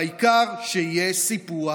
והעיקר שיהיה סיפוח.